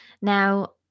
now